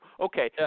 Okay